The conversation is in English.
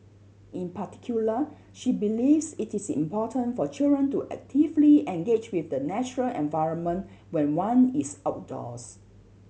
in particular she believes it is important for children to actively engage with the natural environment when one is outdoors